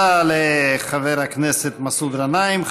המורים.) תודה לחבר הכנסת מסעוד גנאים.